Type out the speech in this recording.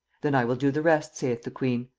then i will do the rest saith the queen.